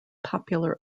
popular